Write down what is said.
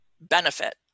benefit